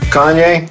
Kanye